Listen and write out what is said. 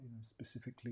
specifically